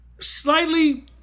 slightly